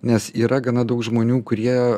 nes yra gana daug žmonių kurie